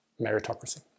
meritocracy